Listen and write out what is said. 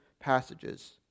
passages